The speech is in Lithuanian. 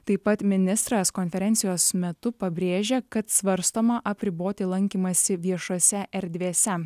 taip pat ministras konferencijos metu pabrėžė kad svarstoma apriboti lankymąsi viešose erdvėse